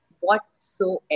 Whatsoever